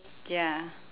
ya